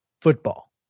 football